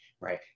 right